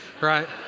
right